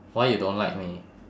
why you don't like me